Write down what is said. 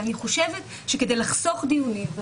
אבל אני חושבת שכדי לחסוך דיונים,